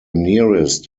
nearest